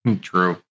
true